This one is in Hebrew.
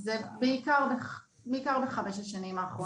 כן, זה בעיקר בחמש השנים האחרונות.